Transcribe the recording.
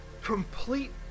complete